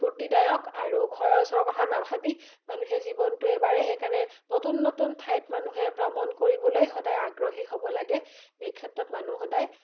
ফূৰ্তিদায়ক আৰু খৰচৰ কথা নাভাবি মানুহে জীৱনটো এবাৰেই সেইকাৰণে নতুন নতুন ঠাইত মানুহে ভ্ৰমণ কৰিবলৈ সদায় আগ্ৰহী হ'ব লাগে এই ক্ষেত্ৰত মানুহ সদায়